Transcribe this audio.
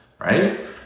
Right